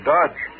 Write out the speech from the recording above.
Dodge